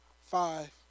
five